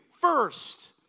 first